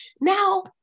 Now